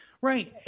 Right